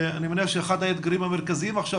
אני מניח שאחד האתגרים המרכזיים עכשיו,